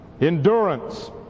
endurance